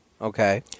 Okay